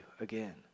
again